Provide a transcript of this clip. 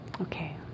Okay